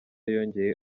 yongeye